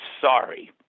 sorry